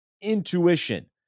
intuition